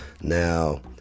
now